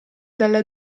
dalla